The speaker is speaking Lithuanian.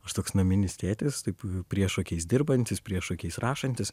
aš toks naminis tėtis taip priešokiais dirbantis priešokiais rašantis